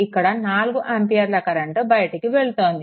ఇక్కడ 4 ఆంపియర్ల కరెంట్ బయటకు వెళ్తోంది